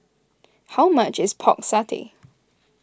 how much is Pork Satay